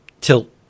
tilt